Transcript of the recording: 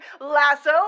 lasso